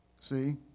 See